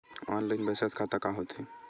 Online बचत खाता का होथे?